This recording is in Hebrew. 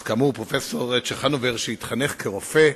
כאמור, פרופסור צ'חנובר, שהתחנך כרופא,